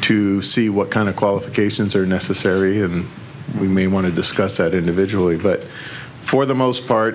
to see what kind of qualifications are necessary and we may want to discuss that individually but for the most part